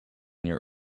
near